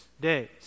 days